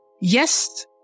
Yes